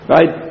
Right